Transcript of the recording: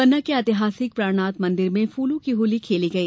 पन्ना के एतिहासिक प्राणनाथ मंदिर में फूलों की होली खेली गई